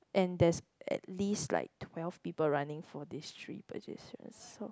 and there's at least like twelve people for these three positions so